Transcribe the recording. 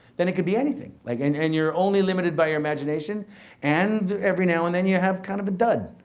then it could be anything. like and and you're only limited by your imagination and every now and then you have kind of a dud.